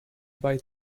buy